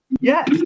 Yes